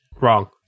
Wrong